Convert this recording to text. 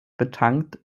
betankt